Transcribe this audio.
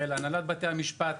בהנהלת בתי המשפט.